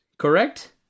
correct